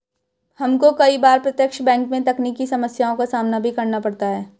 हमको कई बार प्रत्यक्ष बैंक में तकनीकी समस्याओं का सामना भी करना पड़ता है